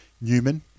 Newman